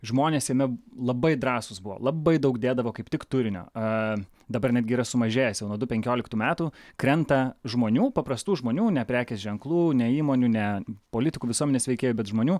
žmonės jame labai drąsūs buvo labai daug dėdavo kaip tik turinio aaa dabar netgi yra sumažėjęs jau nuo du penkiolikų metų krenta žmonių paprastų žmonių ne prekės ženklų ne įmonių ne politikų visuomenės veikėjų bet žmonių